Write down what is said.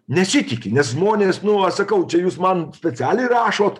nesitiki nes žmonės nu va sakau čia jūs man specialiai rašot